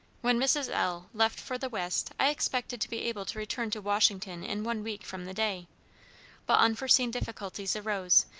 when mrs. l. left for the west, i expected to be able to return to washington in one week from the day but unforeseen difficulties arose,